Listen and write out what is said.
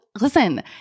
listen